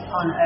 on